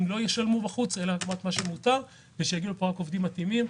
לא ישלמו מעבר למותר ושיגיעו לפה רק עובדים מתאימים.